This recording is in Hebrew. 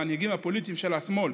המנהיגים הפוליטיים של השמאל,